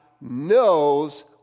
knows